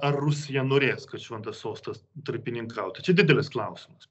ar rusija norės kad šventas sostas tarpininkautų čia didelis klausimas